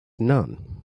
nun